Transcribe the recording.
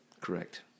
Correct